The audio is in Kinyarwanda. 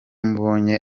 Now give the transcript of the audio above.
mubonye